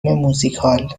موزیکال